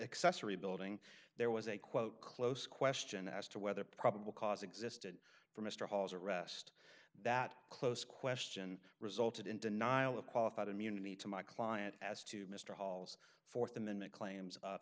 accessory building there was a quote close question as to whether probable cause existed for mr hawes arrest that close question resulted in denial of qualified immunity to my client as to mr hall's th amendment claims of